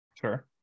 Sure